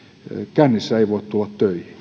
kännissä ei voi tulla töihin